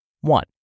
One